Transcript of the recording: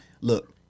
look